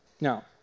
Now